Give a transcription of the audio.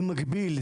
במקביל,